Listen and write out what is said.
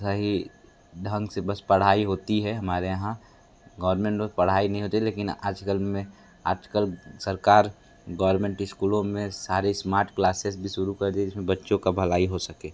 सही ढंग से बस पढ़ाई होती है हमारे यहाँ गौरमेंट पढ़ाई नहीं होती लेकिन आजकल में आजकल सरकार गौरमेंट इस्कूलों में सारी स्मार्ट क्लासेज़ भी शुरू कर दी जिसमें बच्चों का भलाई हो सके